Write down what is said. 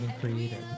created